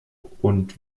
und